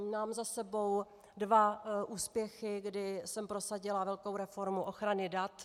Mám za sebou dva úspěchy, kdy jsem prosadila velkou reformu ochrany dat.